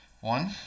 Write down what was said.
one